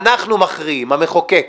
אנחנו מכריעים, המחוקק.